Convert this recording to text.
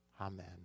Amen